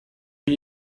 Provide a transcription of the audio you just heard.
أبي